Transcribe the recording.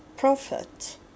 prophet